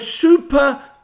super